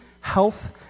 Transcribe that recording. health